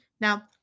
Now